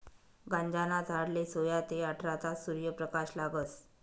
गांजाना झाडले सोया ते आठरा तास सूर्यप्रकाश लागस